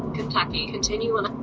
kentucky. continue on